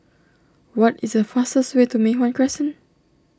what is the fastest way to Mei Hwan Crescent